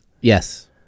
Yes